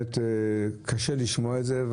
קשה לשמוע את זה.